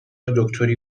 دکتری